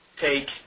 take